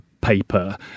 paper